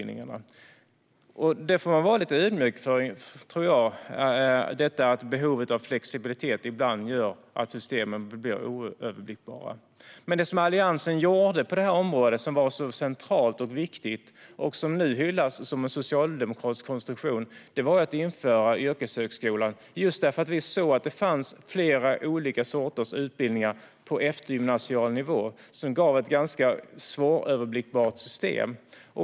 Där får man vara lite ödmjuk, tror jag. Behovet av flexibilitet gör ibland att systemen blir oöverblickbara. Det som Alliansen gjorde som var så centralt och viktigt på det här området var att införa yrkeshögskolan, som nu hyllas som en socialdemokratisk konstruktion. Vi såg att det fanns flera olika sorters utbildningar på eftergymnasial nivå, vilket gav ett ganska svåröverblickbart system.